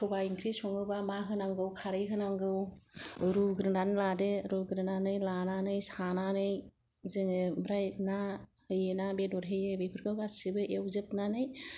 सबाइ ओंख्रि संङोबा मा होनांगौ खारै होनांगौ रुग्रोनानै लादो रुग्रोनानै लानानै सानानै जोंङो ओमफ्राय ना होयोना बेदर होयो बेफोरखौ गासिबो एवजोबनानै